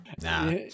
Nah